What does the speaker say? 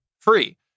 free